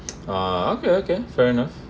uh okay okay fairness